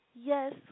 Yes